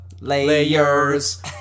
layers